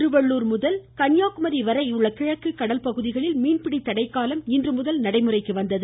திருவள்ளுர் முதல் கன்னியாகுமரி வரை உள்ள கிழக்கு கடல் பகுதிகளில் மீன்பிடி தடைகாலம் இன்று முதல் நடைமுறைக்கு வந்தது